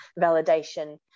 validation